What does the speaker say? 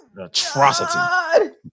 Atrocity